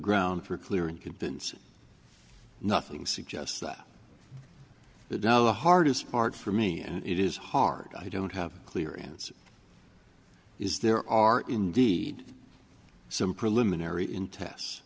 ground for clear and convincing nothing suggests that it now the hardest part for me and it is hard i don't have a clear answer is there are indeed some preliminary in test